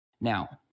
Now